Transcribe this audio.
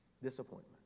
Disappointment